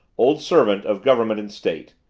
old servant of government and state,